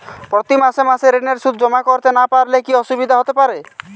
প্রতি মাসে মাসে ঋণের সুদ জমা করতে না পারলে কি অসুবিধা হতে পারে?